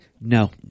No